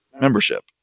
membership